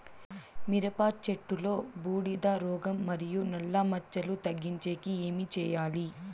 మిరప చెట్టులో బూడిద రోగం మరియు నల్ల మచ్చలు తగ్గించేకి ఏమి చేయాలి?